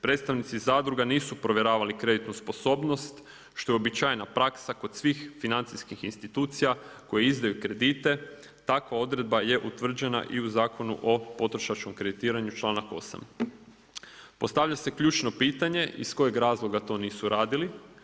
Predstavnici zadruga nisu provjeravali kreditnu sposobnost što je uobičajena praksa kod svih financijskih institucija koje izdaju kredite, takva odredba je utvrđena i u Zakonu o potrošačkom kreditiranju, članak 8. Postavlja se ključno pitanje iz kojeg razloga to nisu radili.